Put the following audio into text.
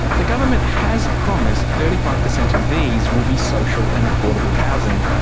the government has promised thirty five percent of these will be social and affordable housing,